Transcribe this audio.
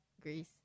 Greece